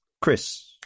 Chris